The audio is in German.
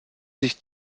sich